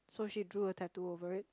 so she drew a tattoo over it